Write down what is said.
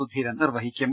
സുധീരൻ നിർവഹിക്കും